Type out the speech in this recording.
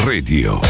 Radio